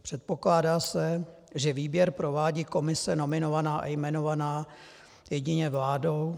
Předpokládá se, že výběr provádí komise nominovaná i jmenovaná jedině vládou.